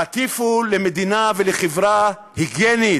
הטיפו למדינה ולחברה היגיינית,